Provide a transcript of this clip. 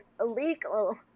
illegal